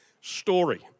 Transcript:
story